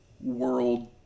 world